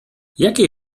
jakie